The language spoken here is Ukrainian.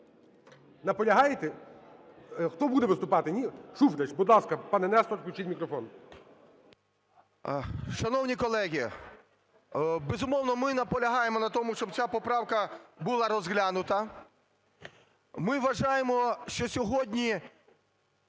Наполягаєте? Хто буде виступати? Ні? Шуфрич, будь ласка, пане Нестор. Включіть мікрофон. 16:13:16 ШУФРИЧ Н.І. Шановні колеги! Безумовно, ми наполягаємо на тому, щоб ця поправка була розглянута. Ми вважаємо, що сьогодні